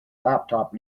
laptop